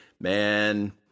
man